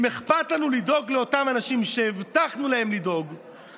אם אכפת לנו לדאוג לאותם אנשים שהבטחנו לדאוג להם,